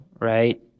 right